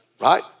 Right